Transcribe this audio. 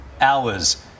hours